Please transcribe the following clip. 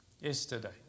yesterday